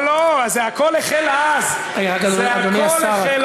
לא, לא, זה הכול החל אז, זה הכול אז.